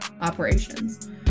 operations